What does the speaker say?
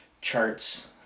charts